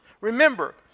Remember